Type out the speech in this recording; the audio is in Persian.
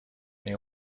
این